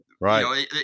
Right